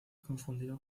confundido